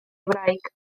wraig